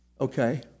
Okay